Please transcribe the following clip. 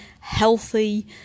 healthy